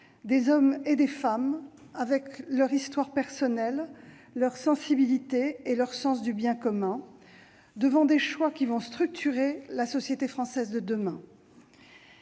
des hommes et des femmes avec leur histoire personnelle, leur sensibilité et leur sens du bien commun devant des choix qui vont structurer la société française de demain.